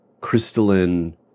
crystalline